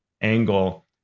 angle